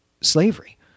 slavery